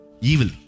Evil